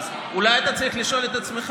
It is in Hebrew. אז אולי אתה צריך לשאול את עצמך?